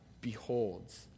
beholds